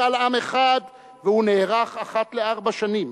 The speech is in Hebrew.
משאל עם אחד, והוא נערך אחת לארבע שנים,